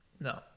No